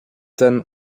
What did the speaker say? ten